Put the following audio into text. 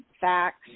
facts